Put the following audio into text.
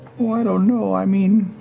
oh, i don't know. i mean,